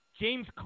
James